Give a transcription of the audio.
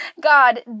God